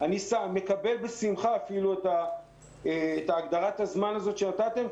אני מקבל בשמחה את הגדרת הזמן הזאת שנתתם.